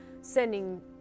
sending